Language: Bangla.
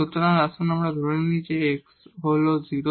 সুতরাং আসুন আমরা ধরে নিই যে x হল 0